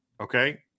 Okay